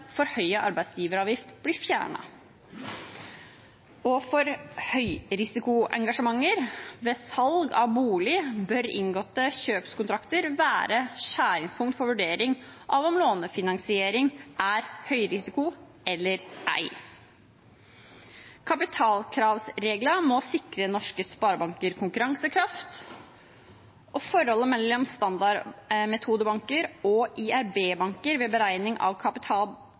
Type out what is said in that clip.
arbeidsgiveravgift blir fjernet. For høyrisikoengasjementer ved salg av bolig bør inngåtte kjøpskontrakter være skjæringspunkt for vurdering av om lånefinansiering er høyrisiko eller ei. Kapitalkravreglene må sikre norske sparebanker konkurransekraft, og forholdet mellom standardmetodebanker og IRB-banker ved beregning av